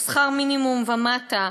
או שכר מינימום ומטה,